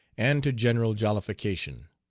and to general jollification.